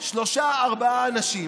שלושה-ארבעה אנשים